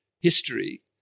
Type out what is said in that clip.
history